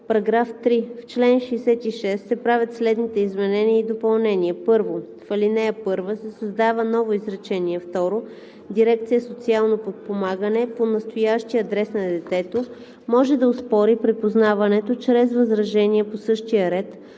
§ 3: „§ 3. В чл. 66 се правят следните изменения и допълнения: 1. В ал. 1 се създава ново изречение второ: „Дирекция „Социално подпомагане“ по настоящия адрес на детето може да оспори припознаването чрез възражение по същия ред,